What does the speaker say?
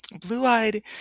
blue-eyed